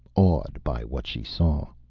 awed by what she saw.